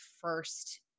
first